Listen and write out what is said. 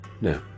no